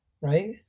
right